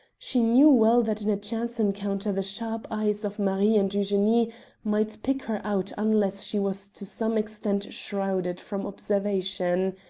she knew well that in a chance encounter the sharp eyes of marie and eugenie might pick her out unless she was to some extent shrouded from observation.